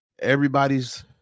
everybody's